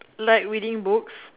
like reading books